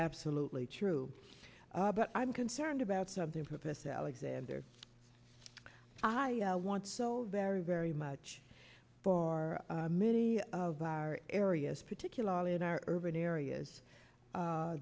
absolutely true but i'm concerned about something purpose alexander i want so very very much for many of our areas particularly in our urban areas